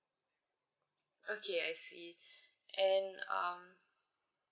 okay I see and um